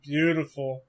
Beautiful